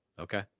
okay